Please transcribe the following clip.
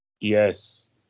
yes